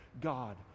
God